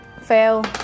Fail